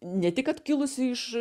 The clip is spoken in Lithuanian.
ne tik kad kilusi iš